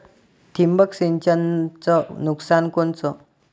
ठिबक सिंचनचं नुकसान कोनचं?